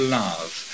love